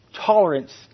tolerance